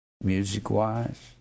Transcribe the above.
music-wise